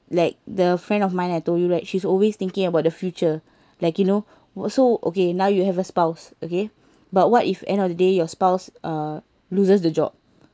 like the friend of mine I told you right she's always thinking about the future like you know so okay now you have a spouse okay but what if end of the day your spouse uh loses the job